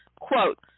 Quote